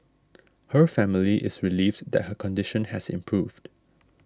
her family is relieved that her condition has improved